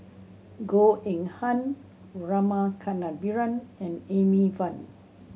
Goh Eng Han Rama Kannabiran and Amy Van